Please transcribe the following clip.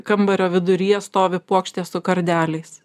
kambario viduryje stovi puokštė su kardeliais